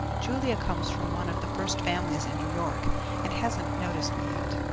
julia comes from one of the first families in new york and hasn't noticed me yet.